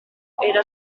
era